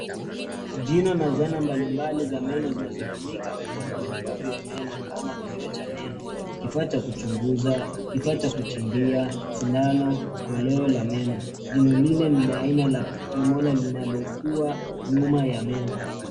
Jino na zana mbalimbali za meno zinazotumika katika matibabu ya meno kama kioo cha meno, kifaa cha kuchunguza, kifaa cha kuchimbia, sindano, koleo la meno. Jino lile ni la aina la premolar linalokua nyuma ya meno.